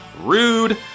Rude